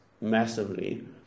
massively